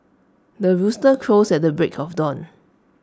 the rooster crows at the break of dawn